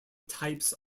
types